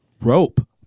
Rope